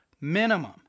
minimum